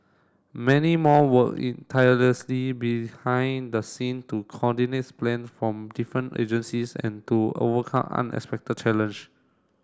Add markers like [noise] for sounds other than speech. many more worked [unintelligible] tirelessly behind the scene to coordinate plans from different agencies and to overcome unexpected challenge